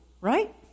right